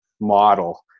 model